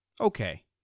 okay